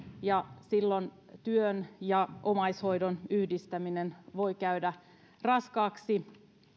ja silloin työn ja omaishoidon yhdistäminen voi käydä raskaaksi